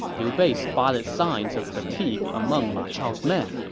liu bei spotted signs of fatigue among ma chao's men,